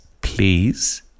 please